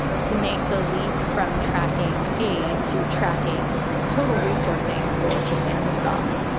to make the leap from tracking aid to tracking total resourcing for sustainable development.